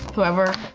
whoever.